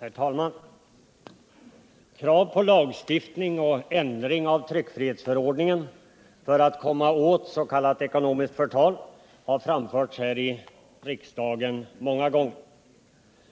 Herr talman! Krav på lagstiftning och ändring av tryckfrihetsförordningen för att komma åt s.k. ekonomiskt förtal har framförts här i riksdagen många gånger.